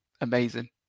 amazing